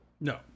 No